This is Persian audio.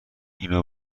اینو